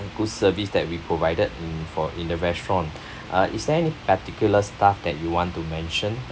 good service that we provided in for in the restaurant uh is there any particular staff that you want to mention